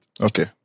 Okay